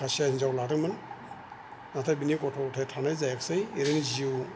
खासिया हिन्जाव लादोंमोन नाथाय बिनि गथ' गथाय थानाय जायाखिसै ओरैनो जिउ